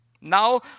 Now